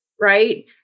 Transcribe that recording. right